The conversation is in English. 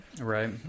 right